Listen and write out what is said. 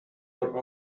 our